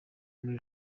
muri